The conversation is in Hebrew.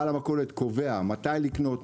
בעל המכולת קובע מתי לקנות,